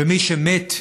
ומי שמתים,